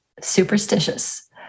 superstitious